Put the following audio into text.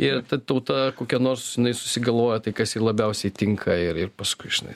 ir ta tauta kokia nors susigalvoja tai kas jai labiausiai tinka ir ir paskui žinai